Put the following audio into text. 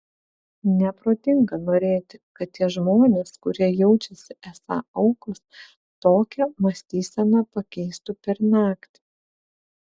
neprotinga norėti kad tie žmonės kurie jaučiasi esą aukos tokią mąstyseną pakeistų per naktį